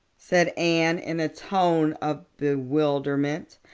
said anne in a tone of bewilderment.